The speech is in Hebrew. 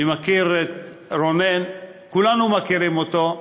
אני מכיר את רונן, כולנו מכירים אותו,